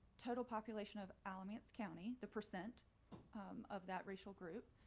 total population of alamance county, the percent of that racial group.